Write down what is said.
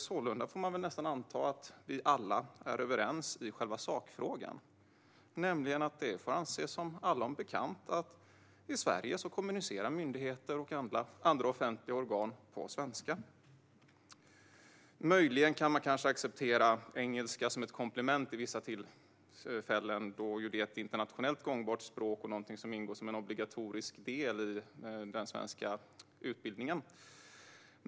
Sålunda får man väl nästan anta att vi alla är överens i själva sakfrågan, nämligen att det får anses som allom bekant att myndigheter och andra offentliga organ i Sverige kommunicerar på svenska. Möjligen kan man kanske acceptera engelska som ett komplement vid vissa tillfällen, då det är ett internationellt gångbart språk som ingår som en obligatorisk del i den svenska utbildningen.